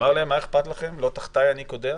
אמר להם, מה אכפת לכם, הלא תחתיי אני קודח.